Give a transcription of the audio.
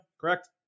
correct